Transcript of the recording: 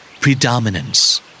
Predominance